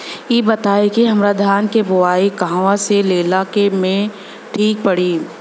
इ बताईं की हमरा धान के बिया कहवा से लेला मे ठीक पड़ी?